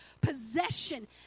possession